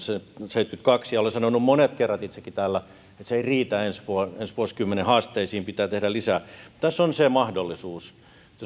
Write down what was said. se seitsemänkymmentäkaksi ja olen sanonut monet kerrat itsekin täällä että se ei riitä ensi vuosikymmenen haasteisiin pitää tehdä lisää tässä on se mahdollisuus jos me